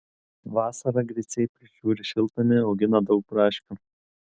vasarą griciai prižiūri šiltnamį augina daug braškių